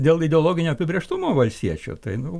dėl ideologinio apibrėžtumo valstiečių tai nu